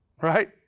right